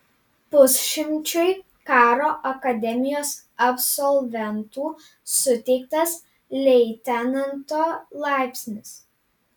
pusšimčiui karo akademijos absolventų suteiktas leitenanto laipsnis